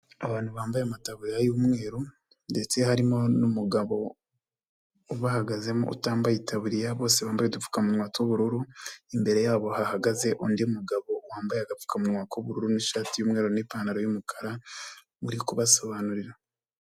Abantu bambaye amataburiya y'umweru ndetse harimo n'umugabo ubahagazemo utambaye itaburiya bose bambaye udupfukamunwa tw'ubururu, imbere yabo hahagaze undi mugabo wambaye agapfukamunwa k'ubururu n'ishati y'umweru n'ipantaro y'umukara uri kubasobanurira.